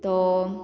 तो